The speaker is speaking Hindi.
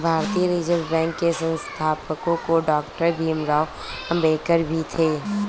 भारतीय रिजर्व बैंक के संस्थापकों में डॉक्टर भीमराव अंबेडकर भी थे